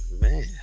Man